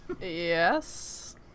Yes